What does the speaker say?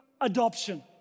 adoption